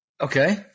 Okay